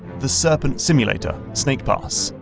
the serpent simulator snake pass,